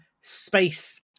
space